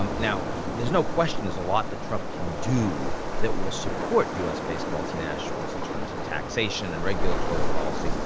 um now, there's no question there's a lot that trump can do that will support u s based multinationals in terms of taxation and regulatory policy.